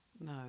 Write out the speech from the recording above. No